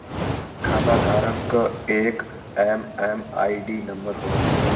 खाताधारक क एक एम.एम.आई.डी नंबर होला